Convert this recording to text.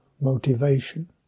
motivation